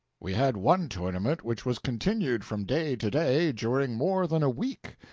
we had one tournament which was continued from day to day during more than a week,